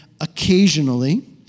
occasionally